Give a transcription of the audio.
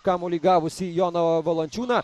kamuolį gavusį joną valančiūną